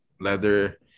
leather